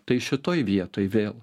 tai šitoj vietoj vėl